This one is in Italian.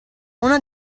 uno